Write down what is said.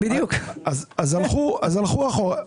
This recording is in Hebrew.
הלכו אחורה.